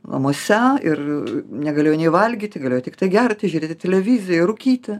namuose ir negalėjo nei valgyti galėjo tiktai gerti žiūrėti televiziją rūkyti